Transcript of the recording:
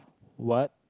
what